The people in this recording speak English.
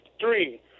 Three